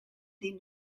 den